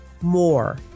more